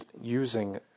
using